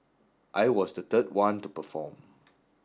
I was the third one to perform